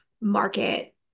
market